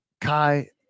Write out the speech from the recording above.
Kai